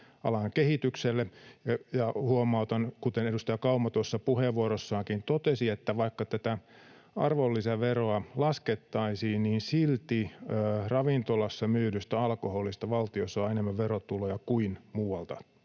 alan kehitykselle. Ja huomautan, kuten edustaja Kaumakin puheenvuorossaan totesi, että vaikka tätä arvonlisäveroa laskettaisiin, silti ravintolassa myydystä alkoholista valtio saa enemmän verotuloja kuin muualta